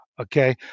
Okay